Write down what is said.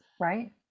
Right